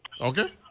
Okay